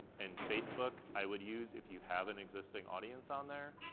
and facebook i would use if you have an existing audience on there,